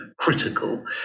critical